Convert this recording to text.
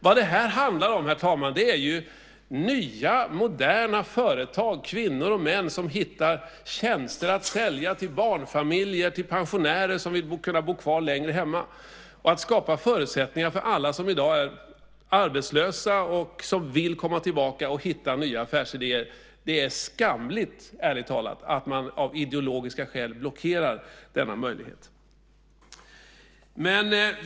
Vad det handlar om, herr talman, är nya moderna företag, kvinnor och män, som hittar tjänster att sälja till barnfamiljer och till pensionärer som vill bo kvar längre hemma. Det är skamligt att av ideologiska skäl blockera möjligheterna att skapa förutsättningar för alla som i dag är arbetslösa och vill komma tillbaka och hitta nya affärsidéer.